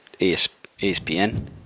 ESPN